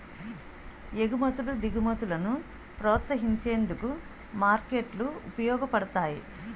ఎగుమతులు దిగుమతులను ప్రోత్సహించేందుకు మార్కెట్లు ఉపయోగపడతాయి